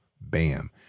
Bam